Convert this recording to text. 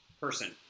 person